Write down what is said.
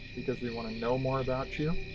because we want to know more about you,